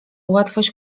łatwość